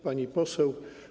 Pani Poseł!